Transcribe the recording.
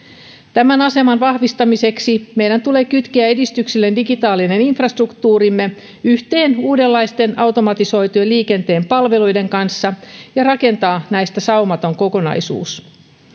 tämän aseman vahvistamiseksi meidän tulee kytkeä edistyksellinen digitaalinen infrastruktuurimme yhteen uudenlaisten automatisoitujen liikenteen palveluiden kanssa ja rakentaa näistä saumaton kokonaisuus